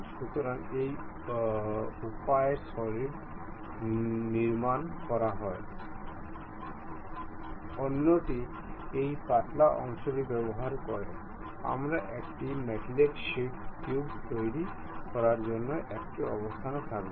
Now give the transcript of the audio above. সুতরাং এই উপায়ে সলিড নির্মাণ করা হয় অন্যটি এই পাতলা অংশটি ব্যবহার করে আমরা একটি মেটালিক শীট টিউব তৈরি করার জন্য একটি অবস্থানে থাকব